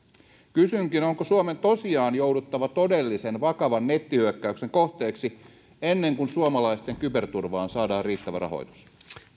kysynkin onko suomen tosiaan jouduttava todellisen vakavan nettihyökkäyksen kohteeksi ennen kuin suomalaisten kyberturvaan saadaan riittävä rahoitus